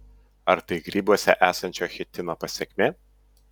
ar tai grybuose esančio chitino pasekmė